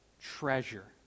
treasure